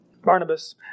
Barnabas